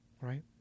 right